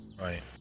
Right